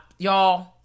Y'all